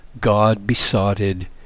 God-besotted